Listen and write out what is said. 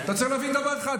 אתה צריך להבין דבר אחד.